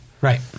Right